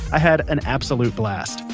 i had an absolute blast.